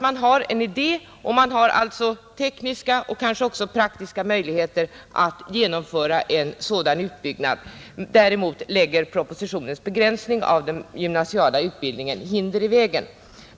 Man har en idé och kanske teknisk och också praktisk möjlighet att genomföra en sådan utbyggnad, men propositionens begränsning av den gymnasiala utbildningen lägger hinder i vägen.